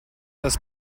das